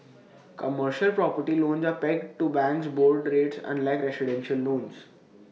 commercial property loans are pegged to banks' board rates unlike residential loans